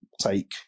take